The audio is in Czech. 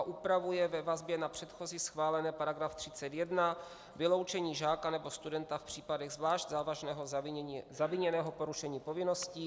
Upravuje ve vazbě na předchozí schválené § 31, vyloučení žáka nebo studenta v případech zvlášť závažného zaviněného porušení povinností.